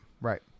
right